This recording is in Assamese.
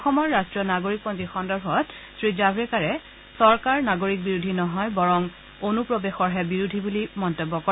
অসমৰ ৰাষ্ট্ৰীয় নাগৰিকপঞ্জী সন্দৰ্ভত শ্ৰীজাল্ৰেকাৰে চৰকাৰ নাগৰিক বিৰোধী নহয় বৰং অনুপ্ৰৱেশৰহে বিৰোধী বুলি মন্তব্য কৰে